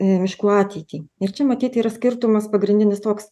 miškų ateitį ir čia matyt yra skirtumas pagrindinis toks